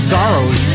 Sorrows